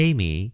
Amy